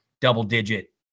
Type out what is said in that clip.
double-digit